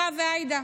מירב ועאידה,